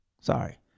Sorry